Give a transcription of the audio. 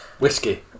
Whiskey